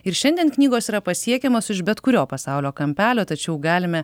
ir šiandien knygos yra pasiekiamos iš bet kurio pasaulio kampelio tačiau galime